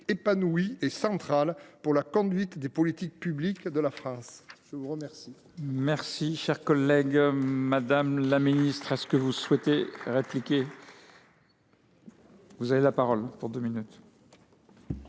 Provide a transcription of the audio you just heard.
épanoui et central dans la conduite des politiques publiques de la France.